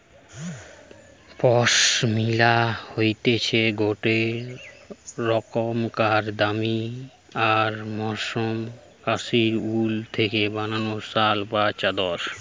পশমিনা হতিছে গটে রোকমকার দামি আর মসৃন কাশ্মীরি উল থেকে বানানো শাল বা চাদর